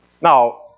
Now